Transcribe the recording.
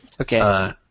Okay